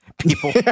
People